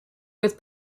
with